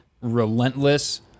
relentless